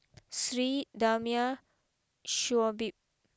Sri Damia Shoaib